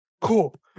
cool